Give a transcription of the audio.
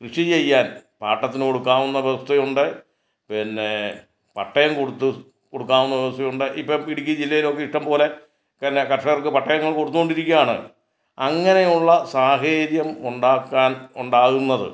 കൃഷി ചെയ്യാൻ പാട്ടത്തിനു കൊടുക്കാവുന്ന വ്യവസ്ഥയുണ്ട് പിന്നെ പട്ടയം കൊടുത്ത് കൊടുക്കാവുന്ന വ്യവസ്ഥയുണ്ട് ഇപ്പം ഇടുക്കി ജില്ലയിലൊക്കെ ഇഷ്ട്ടം പോലെ പിന്നെ കർഷകർക്ക് പട്ടയങ്ങൾ കൊടുത്ത് കൊണ്ടിരിക്കുകയാണ് അങ്ങനെ ഉള്ള സാഹചര്യം ഉണ്ടാക്കാൻ ഉണ്ടാകുന്നത്